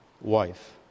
wife